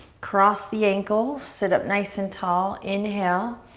cross the ankles, sit up nice and tall. inhale,